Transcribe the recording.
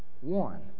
One